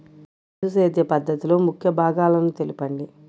బిందు సేద్య పద్ధతిలో ముఖ్య భాగాలను తెలుపండి?